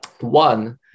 One